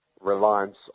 reliance